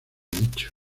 dicho